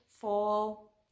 fall